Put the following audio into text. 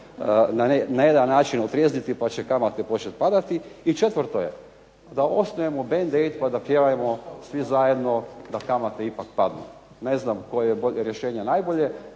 na jedan način otrijezniti pa će kamate početi padati. I četvrto je da osnujemo bend AID pa da pjevamo svi zajedno da kamate ipak padnu. Ne znam koje je rješenje najbolje.